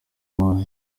mazi